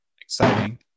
Exciting